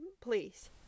please